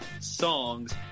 songs